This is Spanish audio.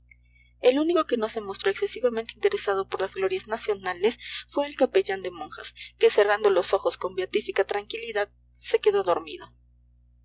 el único que no se mostró excesivamente interesado por las glorias nacionales fue el capellán de monjas que cerrando los ojos con beatífica tranquilidad se quedó dormido